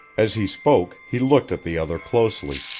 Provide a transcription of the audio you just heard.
as he spoke, he looked at the other closely.